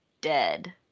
dead